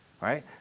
right